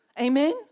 Amen